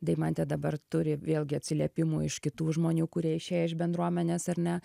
deimantė dabar turi vėlgi atsiliepimų iš kitų žmonių kurie išėję iš bendruomenės ar ne